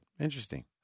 Interesting